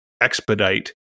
expedite